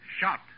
Shot